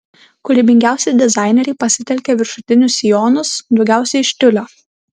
kūrybingiausi dizaineriai pasitelkė viršutinius sijonus daugiausiai iš tiulio